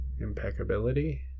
Impeccability